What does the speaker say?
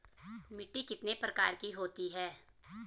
मिट्टी कितने प्रकार की होती है?